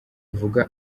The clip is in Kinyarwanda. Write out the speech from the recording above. avuga